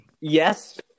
Yes